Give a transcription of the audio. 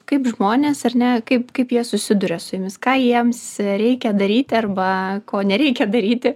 kaip žmonės ar ne kaip kaip jie susiduria su jumis ką jiems reikia daryt arba ko nereikia daryti